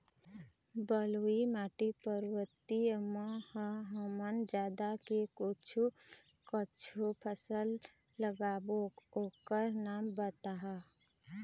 बलुई माटी पर्वतीय म ह हमन आदा के कुछू कछु फसल लगाबो ओकर नाम बताहा?